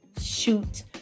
shoot